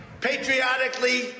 patriotically